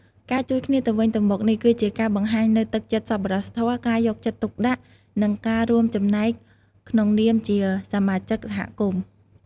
ការជួយគ្នាទៅវិញទៅមកនេះ គឺជាការបង្ហាញនូវទឹកចិត្តសប្បុរសធម៌ ការយកចិត្តទុកដាក់ និងការរួមចំណែកក្នុងនាមជាសមាជិកសហគមន៍។